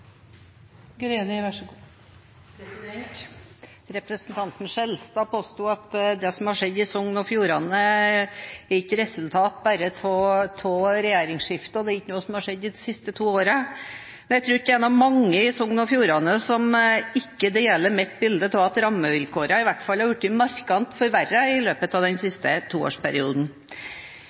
som har skjedd i Sogn og Fjordane, ikke bare er et resultat av regjeringsskiftet, og det er ikke noe som har skjedd de siste to årene. Jeg tror ikke det er mange i Sogn og Fjordane som ikke deler mitt bilde av at rammevilkårene i hvert fall har blitt markant forverret i løpet av den